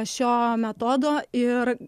šio metodo ir